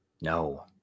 No